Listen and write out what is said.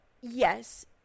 yes